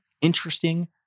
interesting